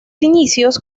inicios